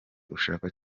ushaka